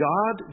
God